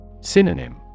Synonym